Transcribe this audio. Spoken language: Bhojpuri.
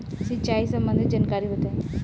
सिंचाई संबंधित जानकारी बताई?